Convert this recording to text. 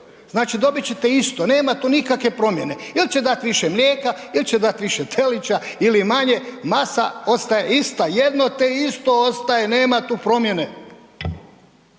Znači dobit ćete isto, nema tu nikakve promjene, il će dati više mlijeka, il će dati više telića ili manje, masa ostaje ista, jedno te isto ostaje, nema tu promjene.